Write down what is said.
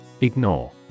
Ignore